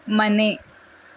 ಮನೆ